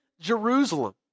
Jerusalem